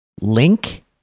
Link